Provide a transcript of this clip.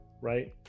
right